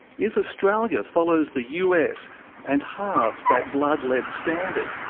if australia follows the us and halves that blood lead standard,